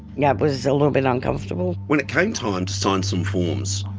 yeah, it was a little bit uncomfortable. when it came time to sign some forms,